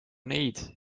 neid